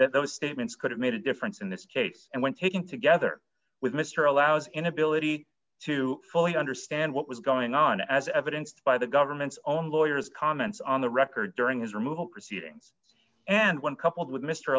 that those statements could have made a difference in this case and when taken together with mr allows inability to fully understand what was going on as evidenced by the government's own lawyers comments on the record during his removal proceedings and when coupled with mr